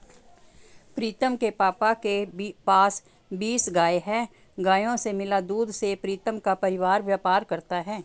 प्रीतम के पापा के पास बीस गाय हैं गायों से मिला दूध से प्रीतम का परिवार व्यापार करता है